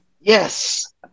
yes